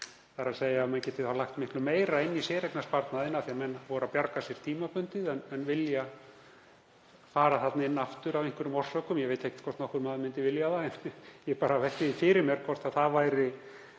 sama kerfi aftur? Menn geti þá lagt miklu meira inn í séreignarsparnaðinn af því að menn voru að bjarga sér tímabundið en vilja fara þarna inn aftur af einhverjum orsökum. Ég veit ekki hvort nokkur maður myndi vilja það, en ég velti því bara fyrir mér hvort það væri